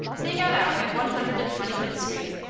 they got out at one hundred and twenty-fifth street,